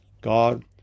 God